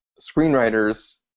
screenwriters